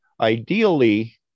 ideally